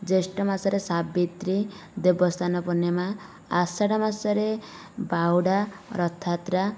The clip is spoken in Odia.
ଜ୍ୟୈଷ୍ଠ ମାସରେ ସାବିତ୍ରୀ ଦେବସ୍ନାନ ପୁର୍ଣିମା ଆଷାଢ଼ ମାସରେ ବାହୁଡ଼ା ରଥଯାତ୍ରା